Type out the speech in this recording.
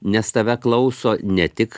nes tave klauso ne tik